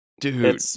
dude